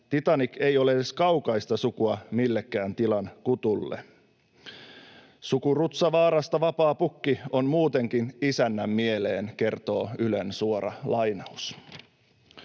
Titanic ei ole edes kaukaista sukua millekään tilan kutulle. ”Sukurutsavaarasta vapaa pukki on muutenkin isännän mieleen”, kertoo Ylen suora lainaus.